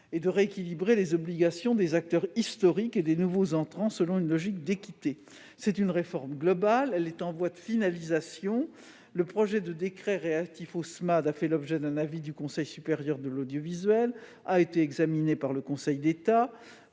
et de rééquilibrer les obligations des acteurs historiques et des nouveaux entrants selon une logique d'équité. Cette réforme globale est en voie de finalisation. Le projet de décret relatif aux SMAD a fait l'objet d'un avis du CSA et a été examiné par le Conseil d'État.